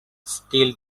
still